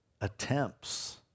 attempts